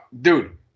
dude